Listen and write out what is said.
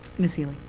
ms. healy?